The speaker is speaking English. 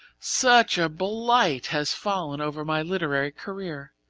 such a blight has fallen over my literary career.